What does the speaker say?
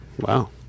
wow